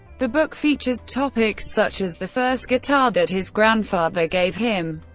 the book features topics such as the first guitar that his grandfather gave him,